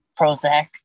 Prozac